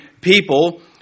people